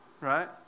right